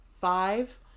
five